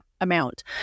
amount